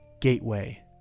Gateway